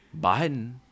Biden